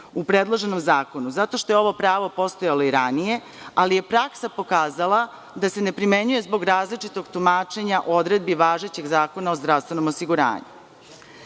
u predloženom zakonu, zato što je ovo pravo postojalo i ranije, ali je praksa pokazala da se ne primenjuje zbog različitog tumačenja odredbi važećeg Zakona o zdravstvenom osiguranju.U